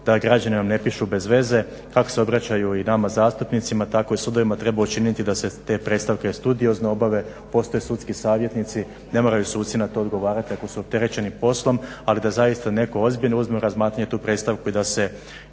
da građani vam ne pišu bez veze kako se obraćaju i nama zastupnicima tako i sudovima treba učiniti da se te predstavke studiozno obave. Postoje sudski savjetnici, ne moraju suci na to odgovarati ako su opterećeni poslom, ali da zaista netko ozbiljno uzme u razmatranje tu predstavku i da se